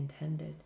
intended